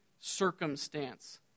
circumstance